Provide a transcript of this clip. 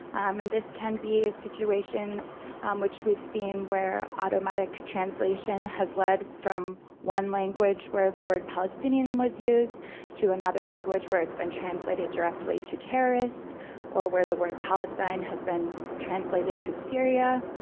and this can be situations which we've seen where automatic translation has led from one language where the word palestinian was used to another language where it's been translated directly to terrorist or where the word palestine has been translated to syria.